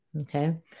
Okay